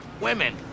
Women